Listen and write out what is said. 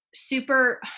super